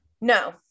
No